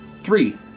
Three